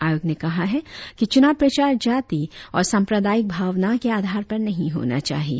आयोग ने कहा है कि चुनाव प्रचार जाति और सांप्रदायिक भावना के आधार पर नही होना चाहिए